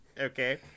Okay